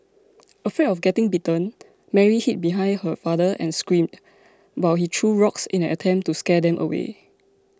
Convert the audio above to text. afraid of getting bitten Mary hid behind her father and screamed while he threw rocks in an attempt to scare them away